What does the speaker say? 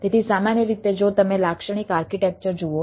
તેથી સામાન્ય રીતે જો તમે લાક્ષણિક આર્કિટેક્ચર જુઓ